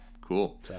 Cool